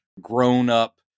grown-up